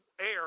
air